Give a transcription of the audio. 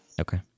Okay